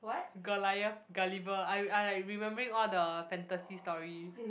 got liar Gulliver I I like remembering all the fantasy story